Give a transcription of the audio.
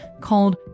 called